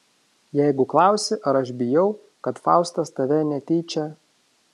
jeigu klausi ar aš bijau kad faustas tave netyčia